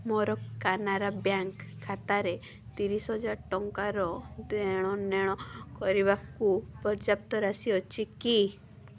ମୋର କାନାରା ବ୍ୟାଙ୍କ୍ ଖାତାରେ ତିରିଶ ହଜାର ଟଙ୍କାର ଦେଣନେଣ କରିବାକୁ ପର୍ଯ୍ୟାପ୍ତ ରାଶି ଅଛି କି